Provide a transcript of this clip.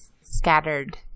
scattered